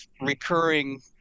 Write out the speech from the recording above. recurring